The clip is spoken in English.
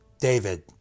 David